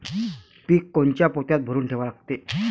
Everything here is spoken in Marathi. पीक कोनच्या पोत्यात भरून ठेवा लागते?